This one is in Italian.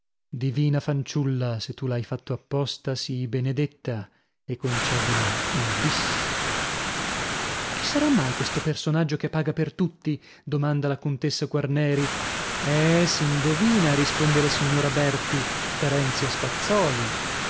divina fanciulla se tu l'hai fatto apposta sii benedetta e concedimi il bis chi sarà mai questo personaggio che paga per tutti domanda la contessa quarneri eh s'indovina risponde la signora berti terenzio spazzòli